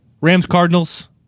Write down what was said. Rams-Cardinals